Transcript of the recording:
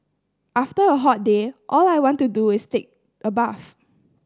after a hot day all I want to do is take a bath